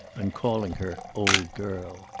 and calling her old girl.